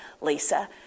Lisa